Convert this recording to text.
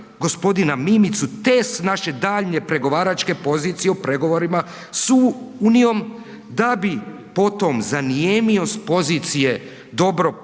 gospodina Mimicu test naše dalje pregovaračke pozicije u pregovorima s Unijom da bi potom zanijemio s pozicije dobro potkoženog